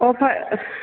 ꯑꯣ